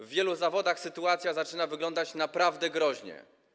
W wielu zawodach sytuacja zaczyna wyglądać naprawdę groźnie.